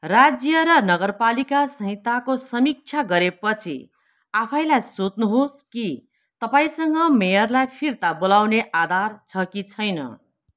राज्य र नगरपालिका संहिताको समीक्षा गरेपछि आफैलाई सोध्नुहोस् कि तपाईँँसँग मेयरलाई फिर्ता बोलाउने आधार छ कि छैन